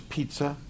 Pizza